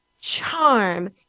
charm